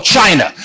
China